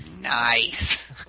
Nice